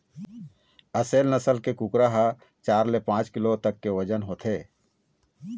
असेल नसल के कुकरा ह चार ले पाँच किलो तक के बजन होथे